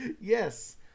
yes